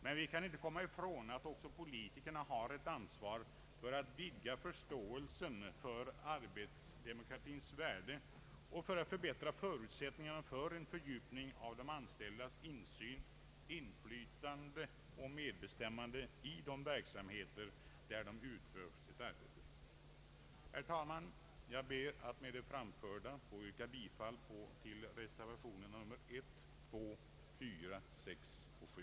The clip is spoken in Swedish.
Men vi kan inte komma ifrån att också politikerna har ett ansvar för att vidga förståelsen för arbetsdemokratins värde och för att förbättra förutsättningarna för en fördjupning av de anställdas insyn, inflytande och medbestämmande i de verksamheter där de utför sitt arbete. Herr talman! Jag ber att med det anförda få yrka bifall till reservationerna 1, 2, 4, 6 och 7.